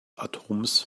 atoms